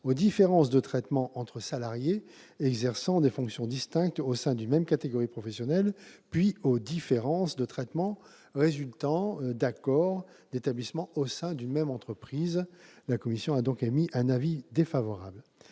aux différences de traitement entre salariés exerçant des fonctions distinctes au sein d'une même catégorie professionnelle, puis aux différences de traitement résultant d'accords d'établissement au sein d'une même entreprise. La commission émet donc un avis défavorable